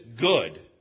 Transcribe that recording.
good